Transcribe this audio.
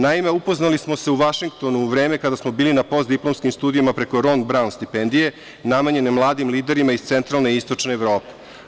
Naime, upoznali smo se u Vašingtonu u vreme kada smo bili na postdiplomskim studijama preko „Ron Braun“ stipendije, namenjene mladim liderima iz centralne i istočne Evrope.